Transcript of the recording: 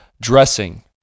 dressing